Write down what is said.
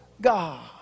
God